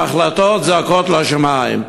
ההחלטות זועקות לשמים.